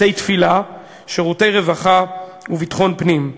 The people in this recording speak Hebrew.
בתי-תפילה, שירותי רווחה וביטחון פנים.